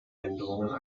änderungen